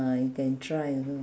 ah you can try also